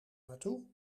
naartoe